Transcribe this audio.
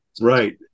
Right